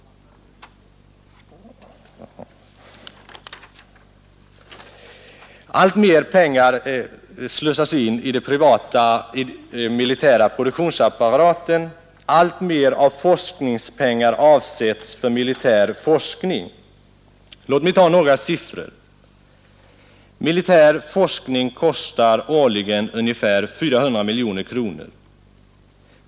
Alltmer pengar slussas in i den privata militära produktionsapparaten. Alltmer av forskningspengar avsätts för militär forskning. Låt mig ta några siffror. Militär forskning kostar årligen ungefär 400 miljoner kronor.